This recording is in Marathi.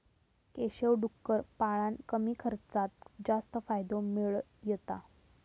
केशव डुक्कर पाळान कमी खर्चात जास्त फायदो मिळयता